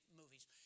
movies